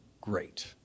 great